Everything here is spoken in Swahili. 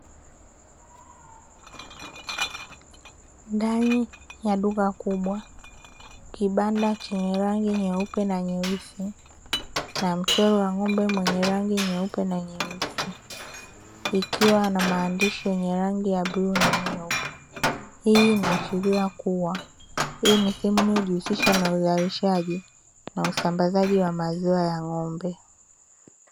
Ndani ya duka kubwa kibanda chenye rangi nyeupe na nyeusi na mchoro wa ng'ombe mwenye rangi nyeupe na nyeusi ikiwa maandishi yenye rangi ya bluu na meupe , hii inaashiria kuwa hii ni sehemu inayojihusisha na uzalishaji na usambazaji wa maziwa ya ng'ombe.